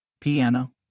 piano